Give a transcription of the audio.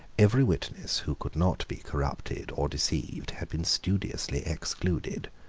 every witness who could not be corrupted or deceived had been studiously excluded.